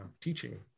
teaching